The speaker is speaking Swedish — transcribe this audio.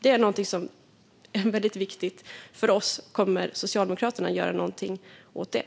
Det är någonting som är väldigt viktigt för oss. Kommer Socialdemokraterna att göra någonting åt det?